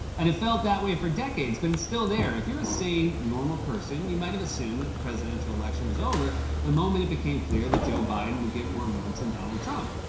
and it felt that way for decades, but it's still there. if you're a sane, normal person, you might have assumed that the presidential election was over the moment it became clear that joe biden would get more votes than donald trump.